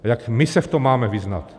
A jak my se v tom máme vyznat?